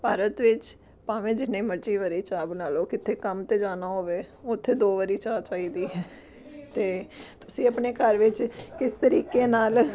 ਭਾਰਤ ਵਿੱਚ ਭਾਵੇਂ ਜਿੰਨੇ ਮਰਜ਼ੀ ਵਾਰੀ ਚਾਹ ਬਣਾ ਲਓ ਕਿੱਥੇ ਕੰਮ 'ਤੇ ਜਾਣਾ ਹੋਵੇ ਉੱਥੇ ਦੋ ਵਾਰੀ ਚਾਹ ਚਾਹੀਦੀ ਹੈ ਅਤੇ ਤੁਸੀਂ ਆਪਣੇ ਘਰ ਵਿੱਚ ਕਿਸ ਤਰੀਕੇ ਨਾਲ